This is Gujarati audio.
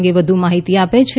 આ અંગે વધુ માહિતી આપે છે